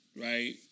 right